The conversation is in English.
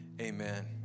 amen